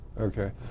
Okay